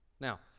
Now